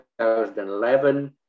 2011